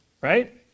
right